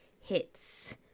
Hits